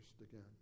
again